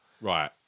Right